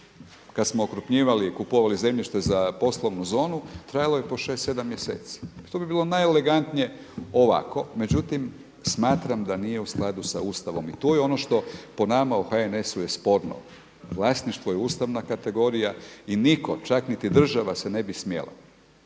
kada smo okrupnjivali i kupovali zemljište za poslovnu zonu trajalo je po 5, 6 mjeseci. To bi bilo najelegantnije ovako, međutim smatram da nije u skladu sa Ustavom i tu je ono što po nama u HNS-u je sporno. Vlasništvo je ustavna kategorija i niko, čak niti država se ne bi smjela